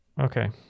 Okay